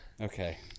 okay